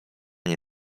nie